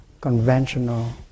conventional